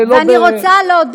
להילחם